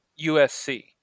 USC